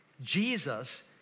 Jesus